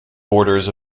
borders